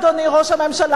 אדוני ראש הממשלה,